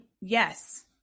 yes